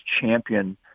champion